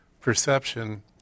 perception